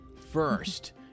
first